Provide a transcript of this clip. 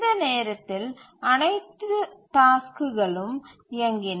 இந்த நேரத்தில் அனைத்து டாஸ்க்குகளும் இயங்கின